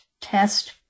test